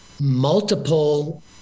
multiple